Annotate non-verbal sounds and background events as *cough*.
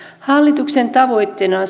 hallituksen tavoitteena *unintelligible*